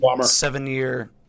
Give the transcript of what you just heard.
seven-year